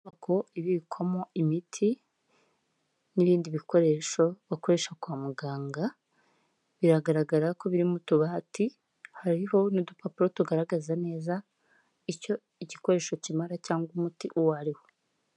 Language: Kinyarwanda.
Inyubako ibikwamo imiti n'ibindi bikoresho bakoresha kwa muganga biragaragara ko biri mu tubati hariho n'udupapuro tugaragaza neza icyo igikoresho kimara cyangwa umuti uwo ari wo.